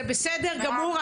זה בסדר גמור,